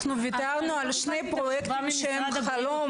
אנחנו ויתרנו על שני פרויקטים שהם חלום.